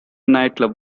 nightclub